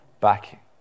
back